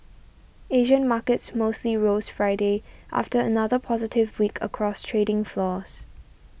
Asian markets mostly rose Friday after another positive week across trading floors